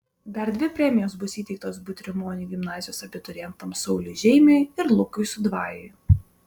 dar dvi premijos bus įteiktos butrimonių gimnazijos abiturientams sauliui žeimiui ir lukui sudvajui